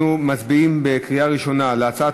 אנחנו מצביעים בקריאה ראשונה על הצעת